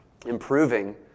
Improving